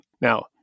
Now